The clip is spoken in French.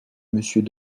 monsieur